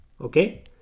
Okay